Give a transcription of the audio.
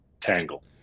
tangle